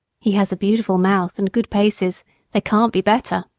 he has a beautiful mouth and good paces they can't be better.